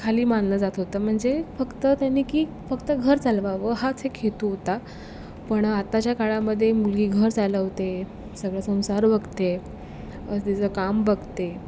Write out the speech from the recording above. खाली मानलं जात होतं म्हणजे फक्त त्यांनी की फक्त घर चालवावं हाच एक हेतू होता पण आत्ताच्या काळामध्ये मुली घर चालवते सगळ संसार बघते आणि तिचं काम बघते